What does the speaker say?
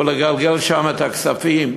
ולגלגל שם את הכספים.